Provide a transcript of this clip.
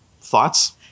Thoughts